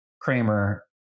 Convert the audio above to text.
Kramer